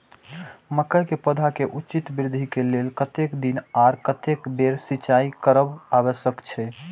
मके के पौधा के उचित वृद्धि के लेल कतेक दिन आर कतेक बेर सिंचाई करब आवश्यक छे?